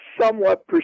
somewhat